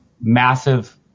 massive